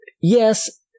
yes